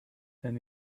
and